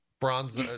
Bronze